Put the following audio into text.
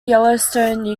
yellowstone